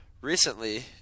recently